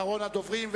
אחרון הדוברים,